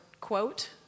quote